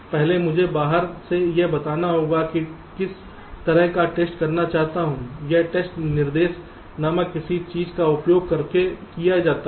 पहले मुझे बाहर से यह बताना होगा कि मैं किस तरह का टेस्ट करना चाहता हूं यह टेस्ट निर्देश नामक किसी चीज का उपयोग करके किया जाता है